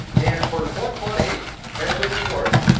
and for as much money as it is worth,